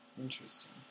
Interesting